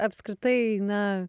apskritai na